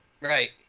Right